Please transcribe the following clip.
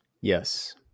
Yes